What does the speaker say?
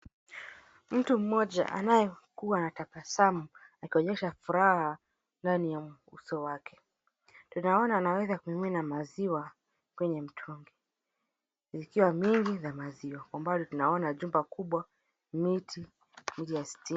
Mtu mmoja anayekuwa anatabasamu akionyesha furaha ndani ya uso wake. Tunaona anaweza kumimina maziwa kwenye mtungi, zikiwa mingi za maziwa. Kwa mbali tunaona jumba kubwa, miti, mitinya stima.